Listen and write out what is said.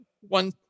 one